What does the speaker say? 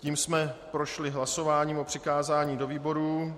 Tím jsme prošli hlasováním o přikázání do výborů.